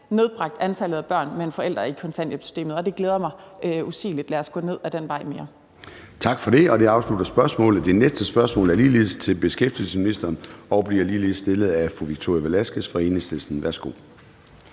nedbragt antallet af børn med en forælder i kontanthjælpssystemet, og det glæder mig usigeligt. Lad os gå mere ned ad den vej. Kl. 13:39 Formanden (Søren Gade): Tak for det. Det afslutter spørgsmålet. Det næste spørgsmål er ligeledes til beskæftigelsesministeren og bliver ligeledes stillet af fru Victoria Velasquez fra Enhedslisten. Kl.